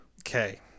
Okay